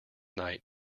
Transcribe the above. night